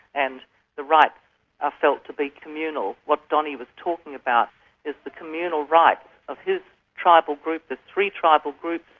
and the rights are ah felt to be communal. what donny was talking about is the communal rights of his tribal group, the three tribal groups,